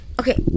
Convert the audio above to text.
Okay